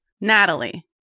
Natalie